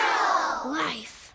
life